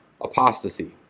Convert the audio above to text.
apostasy